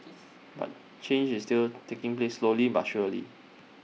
but change is still taking place slowly but surely